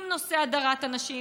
עם נושא הדרת הנשים,